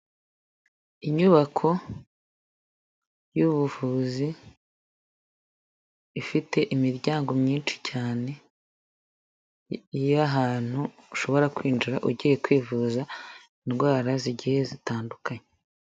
Inyubako y'ubuvuzi ifite imiryango myinshi cyane, iy'ahantu ushobora kwinjira ugiye kwivuza indwara zigiye zitandukanye.